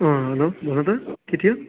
hello भन त के थियो